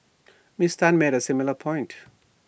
miss Tan made A similar point